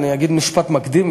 אני אגיד משפט מקדים,